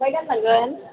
बबेहाय गानलांगोन